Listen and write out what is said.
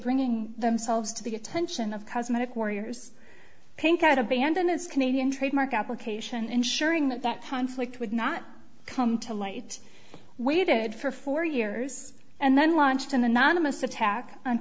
bringing themselves to the attention of cosmetic warriors pinkeye had abandoned its canadian trademark application ensuring that that conflict would not come to light waited for four years and then launched an anonymous attack on